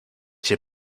się